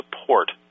support